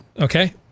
Okay